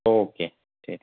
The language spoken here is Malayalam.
ഓക്കെ ശരി